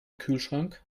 kühlschrank